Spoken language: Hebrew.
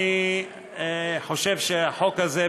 אני חושב שהחוק הזה,